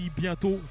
bientôt